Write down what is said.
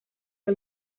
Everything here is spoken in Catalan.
que